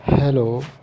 Hello